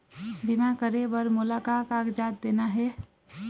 बीमा करे बर मोला का कागजात देना हे?